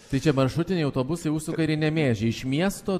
tai čia maršrutiniai autobusai užsuka ir į nemėžį iš miesto